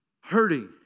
hurting